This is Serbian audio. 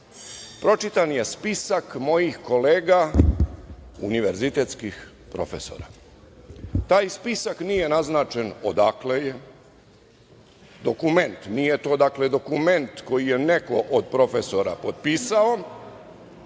pročitan je spisak mojih kolega univerzitetskih profesora taj spisak nije naznačen odakle je, dokument, nije to dakle dokument koji je neko od profesora potpisao